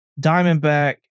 Diamondback